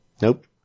Nope